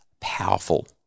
Powerful